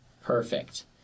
Perfect